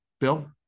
Bill